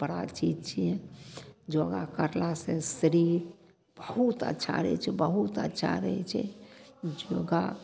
बड़ा चीज छियै योगा करलासँ शरीर बहुत अच्छा रहय छै बहुत अच्छा रहय छै योगा